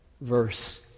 verse